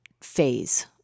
phase